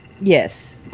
Yes